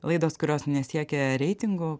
laidos kurios nesiekia reitingų